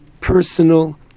personal